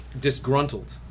disgruntled